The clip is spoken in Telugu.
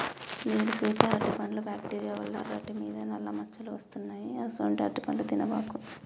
నేడు సీత అరటిపండ్లు బ్యాక్టీరియా వల్ల అరిటి మీద నల్ల మచ్చలు వస్తున్నాయి అసొంటీ అరటిపండ్లు తినబాకు